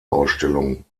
ausstellung